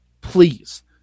please